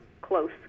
close